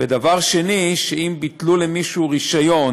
ודבר שני, אם ביטלו למישהו רישיון,